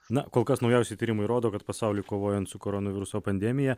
na kol kas naujausi tyrimai rodo kad pasauliui kovojant su koronaviruso pandemija